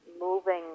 moving